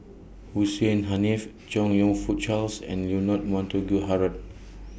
Hussein Haniff Chong YOU Fook Charles and Leonard Montague Harrod